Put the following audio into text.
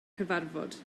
cyfarfod